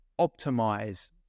optimize